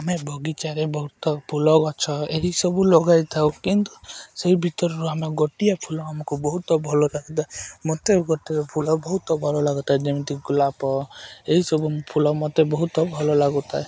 ଆମେ ବଗିଚାରେ ବହୁତ ଫୁଲ ଗଛ ଏହିସବୁ ଲଗାଇଥାଉ କିନ୍ତୁ ସେଇ ଭିତରରୁ ଆମେ ଗୋଟିଏ ଫୁଲ ଆମକୁ ବହୁତ ଭଲ ଲାଗୁଥାଏ ମୋତେ ଗୋଟିଏ ଫୁଲ ବହୁତ ଭଲ ଲାଗୁଥାଏ ଯେମିତି ଗୋଲାପ ଏହିସବୁ ଫୁଲ ମୋତେ ବହୁତ ଭଲ ଲାଗୁଥାଏ